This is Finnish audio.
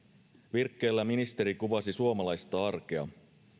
virkkeellä ministeri kuvasi suomalaista arkea